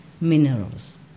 minerals